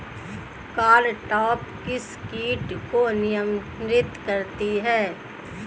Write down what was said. Cartap किस किट को नियंत्रित करती है?